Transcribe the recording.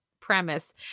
premise